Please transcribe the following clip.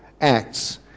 Acts